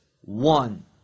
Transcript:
one